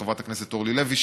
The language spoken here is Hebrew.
חברת הכנסת אורלי לוי,